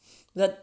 that